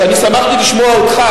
ואני שמחתי לשמוע אותך,